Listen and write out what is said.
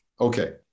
Okay